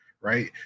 right